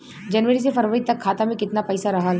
जनवरी से फरवरी तक खाता में कितना पईसा रहल?